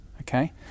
okay